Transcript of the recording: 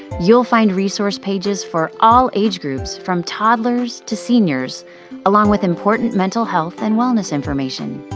you'll find resource pages for all age groups from toddlers to seniors along with important mental health and wellness information.